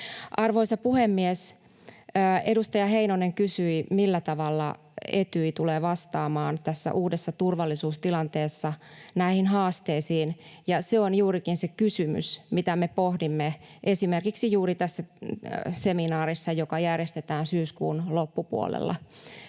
Arvoisa puhemies! Edustaja Heinonen kysyi, millä tavalla Etyj tulee vastaamaan tässä uudessa turvallisuustilanteessa näihin haasteisiin, ja se on juurikin se kysymys, mitä me pohdimme esimerkiksi juuri tässä seminaarissa, joka järjestetään syyskuun loppupuolella.